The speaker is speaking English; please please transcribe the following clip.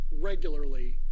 regularly